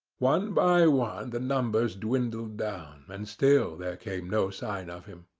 one by one the numbers dwindled down, and still there came no sign of him.